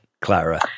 Clara